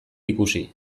ikusi